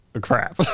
Crap